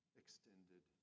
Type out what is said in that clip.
extended